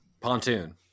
Pontoon